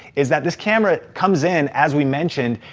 is that this camera comes in as we mentioned,